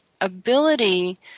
ability